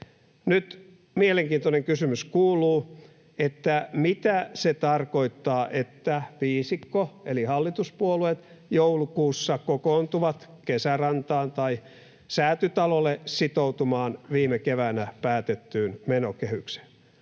Nyt mielenkiintoinen kysymys kuuluu: Mitä se tarkoittaa, että viisikko, eli hallituspuolueet, joulukuussa kokoontuvat Kesärantaan tai Säätytalolle sitoutumaan viime keväänä päätettyyn menokehykseen?